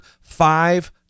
five